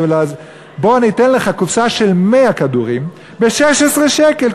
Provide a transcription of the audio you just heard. אני אתן לך קופסה של 100 כדורים ב-16 שקל,